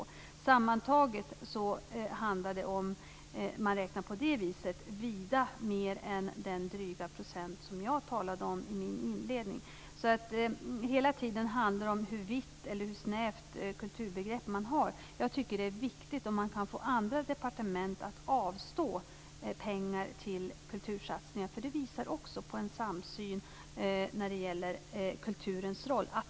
Om man räknar på det viset handlar det sammantaget om vida mer än den dryga procent jag talade om i min inledning. Det handlar hela tiden om hur vitt eller snävt kulturbegrepp man har. Jag tycker att det är viktigt att få andra departement att avstå pengar till kultursatsningar. Det visar också på en samsyn när det gäller kulturens roll.